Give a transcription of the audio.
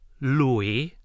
lui